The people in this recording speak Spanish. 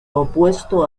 opuesto